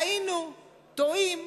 טעינו, טועים,